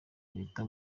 leta